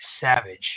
Savage